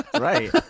Right